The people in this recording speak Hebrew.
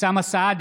אוסאמה סעדי,